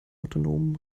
autonomen